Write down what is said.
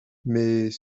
mais